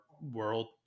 world